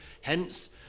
Hence